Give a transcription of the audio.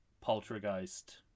poltergeist